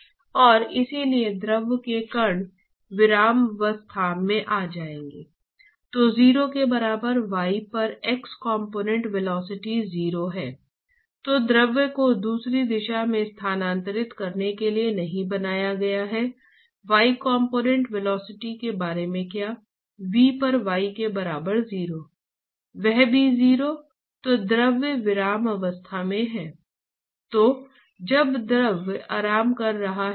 तो आपने अपनी सभी गणनाओं में जो कुछ भी इस्तेमाल किया है वह वास्तव में औसत हीट ट्रांसपोर्ट गुणांक है